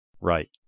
Right